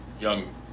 young